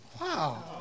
Wow